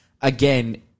again